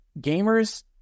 gamers